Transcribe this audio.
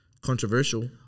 controversial